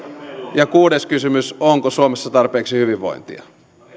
ja kuudes kysymys onko suomessa tarpeeksi hyvinvointia